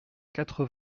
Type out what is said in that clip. quatre